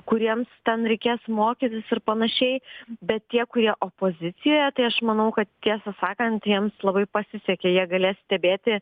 kuriems ten reikės mokytis ir panašiai bet tie kurie opozicijoje tai aš manau kad tiesą sakant jiems labai pasisekė jie galės stebėti